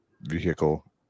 vehicle